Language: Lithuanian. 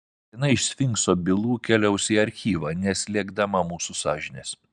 viena iš sfinkso bylų keliaus į archyvą neslėgdama mūsų sąžinės